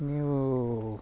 ನೀವು